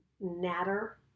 natter